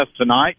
tonight